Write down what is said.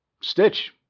Stitch